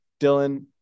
Dylan